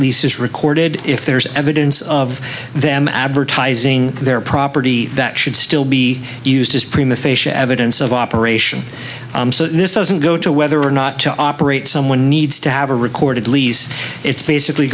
lease is recorded if there is evidence of them advertising their property that should still be used as prima facia evidence of operation so this doesn't go to whether or not to operate someone needs to have a recorded lease it's basically